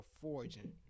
forging